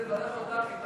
אני רוצה לברך אותך.